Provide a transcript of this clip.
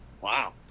Wow